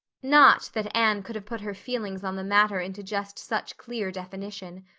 not that anne could have put her feelings on the matter into just such clear definition.